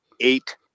Eight